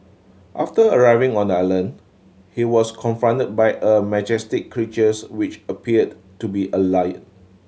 after arriving on the island he was confronted by a majestic creatures which appeared to be a lion